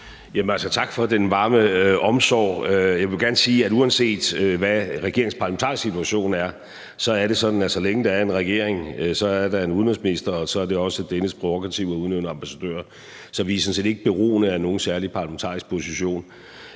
Tak for den varme omsorg. Jeg vil gerne sige, at uanset hvad regeringens parlamentariske situation er, så er det sådan, at så længe der er en regering, er der en udenrigsminister, og så er det også dennes prærogativ at udnævne en ambassadør. Så vi er sådan set ikke afhængige af nogen særlig parlamentarisk position